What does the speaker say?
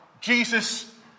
Jesus